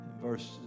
verses